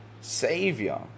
savior